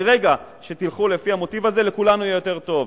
מרגע שתלכו לפי המוטיב הזה לכולנו יהיה יותר טוב.